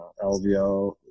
LVO